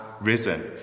risen